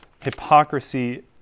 Hypocrisy